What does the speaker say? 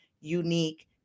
unique